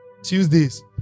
Tuesdays